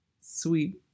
sweet